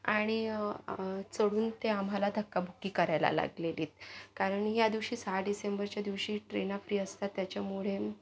आणि चढून ते आम्हाला धक्काबुक्की करायला लागलेली कारण या दिवशी सहा डिसेंबरच्या दिवशी ट्रेना फ्री असतात त्याच्यामुळे